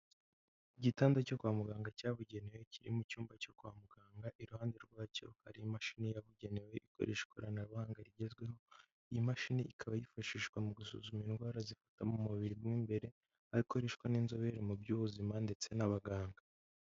Igitanda cyo kwa muganga cyabugenewe kiri mu icyumba cyo kwa muganga iruhande rwacyo hari imashini yabugenewe ikoresha ikoranabuhanga rigezweho iyi mashini ikaba yifashishwa mu gusuzuma indwara zifata mu mubiri w'imbere aho ikoreshwa n'inzobere mu by'ubuzima ndetse n'abaganga.